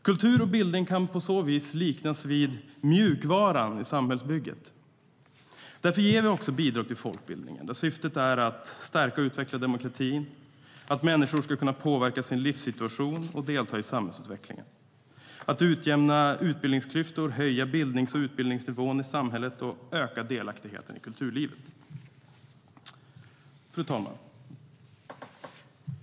Kultur och bildning kan på så vis liknas vid mjukvaran i samhällsbygget. Därför ger vi också bidrag till folkbildningen, där syftet är att stärka och utveckla demokratin att människor ska kunna påverka sin livssituation och delta i samhällsutvecklingen att utjämna utbildningsklyftor och höja bildnings och utbildningsnivån i samhället att öka delaktigheten i kulturlivet. Fru talman!